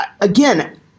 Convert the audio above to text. again